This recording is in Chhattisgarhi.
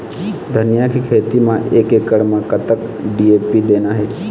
धनिया के खेती म एक एकड़ म कतक डी.ए.पी देना ये?